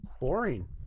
boring